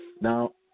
Now